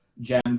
gems